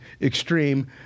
extreme